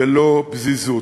ולא פזיזות.